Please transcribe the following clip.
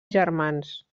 germans